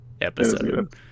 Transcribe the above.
episode